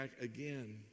again